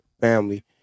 family